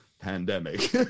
pandemic